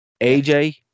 AJ